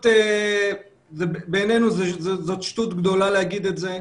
בעיננו זו שטות להגיד את זה.